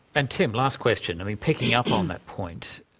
and tim, last question, i mean picking up on that point,